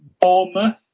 Bournemouth